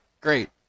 Great